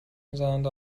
میزنند